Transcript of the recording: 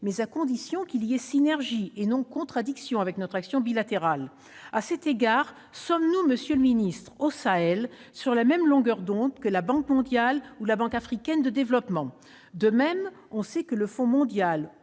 mais à condition qu'il y ait synergie, et non contradiction, avec notre action bilatérale. À cet égard, monsieur le ministre, sommes-nous au Sahel sur la même longueur d'onde que la Banque mondiale et la Banque africaine de développement ? De même, on sait que le Fonds mondial,